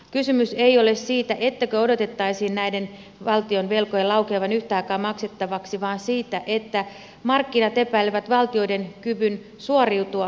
kysymys ei ole siitä ettäkö odotettaisiin näiden valtionvelkojen laukeavan yhtaikaa maksettavaksi vaan siitä että markkinat epäilevät valtioiden kykyä suoriutua veloistaan